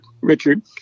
Richard